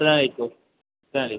അസ്സലാമു അലൈക്കും വാ അലൈക്കും